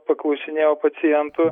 paklausinėjau pacientų